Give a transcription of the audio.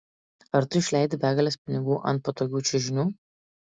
ar tu išleidi begales pinigų ant patogių čiužinių